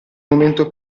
momento